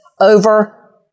over